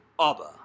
Abba